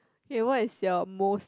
okay what is your most